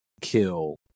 kill